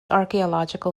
archaeological